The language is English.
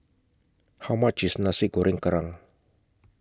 How much IS Nasi Goreng Kerang